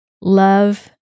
love